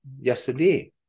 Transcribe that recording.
yesterday